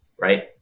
right